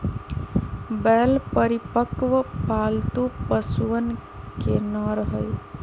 बैल परिपक्व, पालतू पशुअन के नर हई